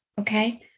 Okay